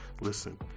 listen